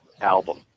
album